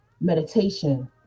Meditation